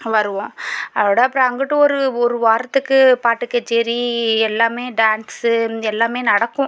வருவோம் அதோடு அப்புறம் அங்குட்டு ஒரு ஒரு வாரத்துக்கு பாட்டு கச்சேரி எல்லாமே டான்ஸ் எல்லாமே நடக்கும்